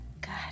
God